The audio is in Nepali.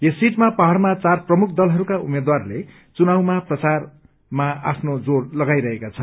यस सीटमा पहाड़मा चार प्रमुख दलहरूका उम्मेद्वारले चुनाव प्रचारमा आफ्नो जोर लगाइरहेका छन्